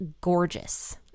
gorgeous